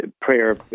prayer